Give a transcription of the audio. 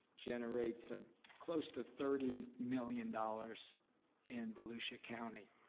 generates ah close to thirty million dollars in volusia county.